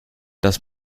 das